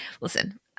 Listen